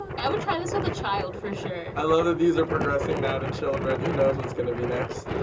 i would try this with a child for sure. i love that these are progressing now to children. who knows what's gonna be next?